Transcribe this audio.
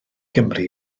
gymru